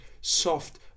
soft